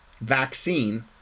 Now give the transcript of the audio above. vaccine